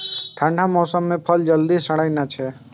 ठंढा मौसम मे फल जल्दी सड़ै नै छै